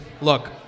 Look